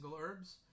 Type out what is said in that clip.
herbs